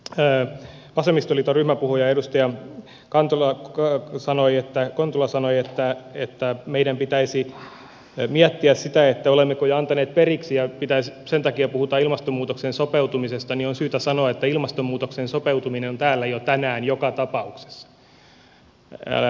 kun vasemmistoliiton ryhmäpuhuja edustaja kontula sanoi että meidän pitäisi miettiä sitä olemmeko jo antaneet periksi ja sen takia puhutaan ilmastonmuutokseen sopeutumisesta niin on syytä sanoa että ilmastonmuutokseen sopeutuminen on täällä jo tänään joka tapauksessa